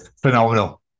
Phenomenal